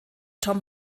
tom